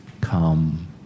come